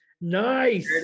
nice